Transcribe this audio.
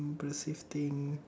impressive thing